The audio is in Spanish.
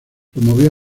promovió